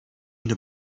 une